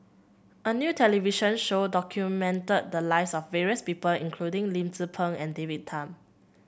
a new television show documented the lives of various people including Lim Tze Peng and David Tham